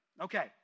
Okay